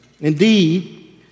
Indeed